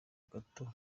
gato